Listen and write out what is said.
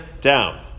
down